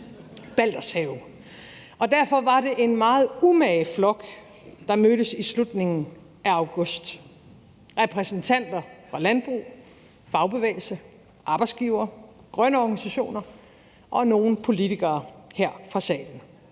derfor var det en meget umage flok bestående af repræsentanter for landbrug, fagbevægelse, arbejdsgivere, grønne organisationer og nogle politikere her fra salen,